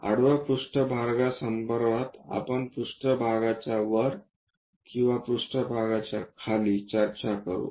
आडवा पृष्ठभागासंदर्भात आपण पृष्ठभागाच्या वर किंवा पृष्ठभागाच्या खाली चर्चा करू